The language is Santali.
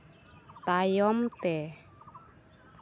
ᱛᱟᱭᱚᱢ ᱛᱮ